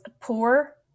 poor